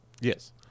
Yes